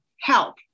help